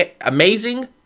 Amazing